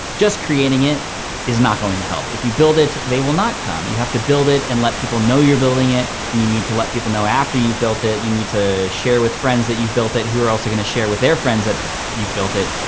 just creating it is not going to help. if you build it they will not come. you have to build it and let people know you're building it and you need to let people know after you've built it. you need to share with friends that you've built it who are also gonna share with their friends that you've built it.